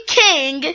king